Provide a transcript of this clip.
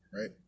Right